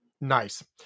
Nice